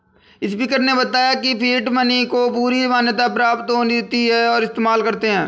speaker ने बताया की फिएट मनी को पूरी मान्यता प्राप्त होती है और इस्तेमाल करते है